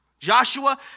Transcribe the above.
Joshua